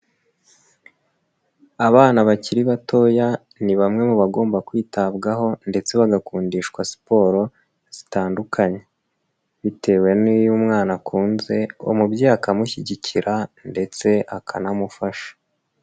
Abana bakiri batoya ni bamwe mu bagomba kwitabwaho ndetse bagakundishwa siporo zitandukanye, bitewe n'iyo umwana akunze umubyeyi akamushyigikira ndetse akanamufasha.